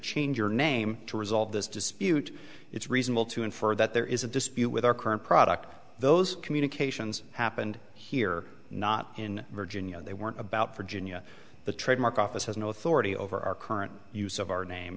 change your name to resolve this dispute it's reasonable to infer that there is a dispute with our current product those communications happened here not in virginia they weren't about virginia the trademark office has no authority over our current use